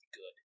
good